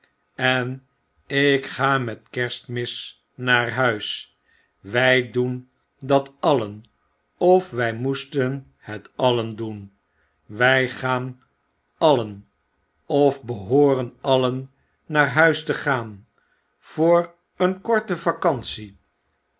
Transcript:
en ik ga met kerstmis naar huis wy doen dat alien of wy moesten het alien doen wy gaan alien of behooren alien naar huis te gaan voor een korte vacantie